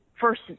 first